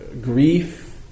grief